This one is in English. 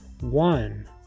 one